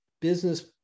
business